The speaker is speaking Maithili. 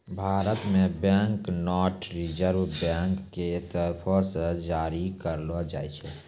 भारत मे बैंक नोट रिजर्व बैंक के तरफो से जारी करलो जाय छै